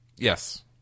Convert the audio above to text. Yes